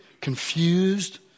confused